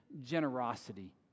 generosity